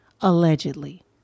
allegedly